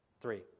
Three